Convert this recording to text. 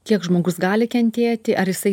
kiek žmogus gali kentėti ar jisai